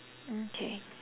okay